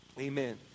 Amen